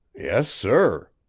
yes, sir.